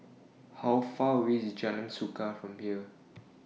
How Far away IS Jalan Suka from here